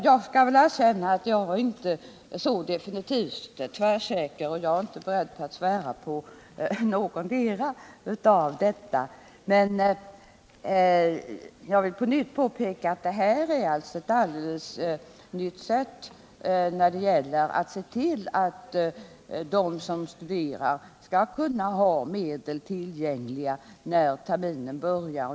Jag skall erkänna att jag inte är så tvärsäker, och jag är inte beredd att svära på någotdera av förslagen. Men jag vill på nytt påpeka att det här förslaget innebär ett helt nytt sätt att se till att de som studerar skall ha medel tillgängliga när terminen börjar.